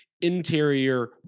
interior